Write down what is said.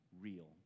real